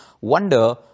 wonder